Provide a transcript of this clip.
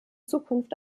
zukunft